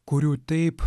kurių taip